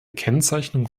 kennzeichnung